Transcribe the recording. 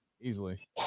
easily